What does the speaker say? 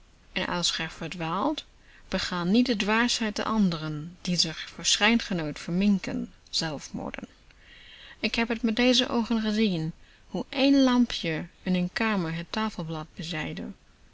verdwaalt bega niet de dwaasheid der anderen die zich voor schijn genot verminken zelfmoorden ik heb t met deze oogen gezien hoe één lampje in n kamer het tafelblad bezaaide